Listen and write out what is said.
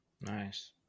nice